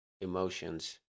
emotions